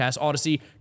odyssey